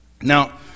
Now